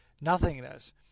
nothingness